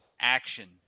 action